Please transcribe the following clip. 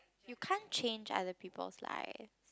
you can't change other people's life